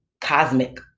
cosmic